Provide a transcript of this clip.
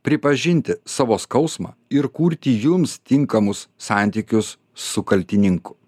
pripažinti savo skausmą ir kurti jums tinkamus santykius su kaltininku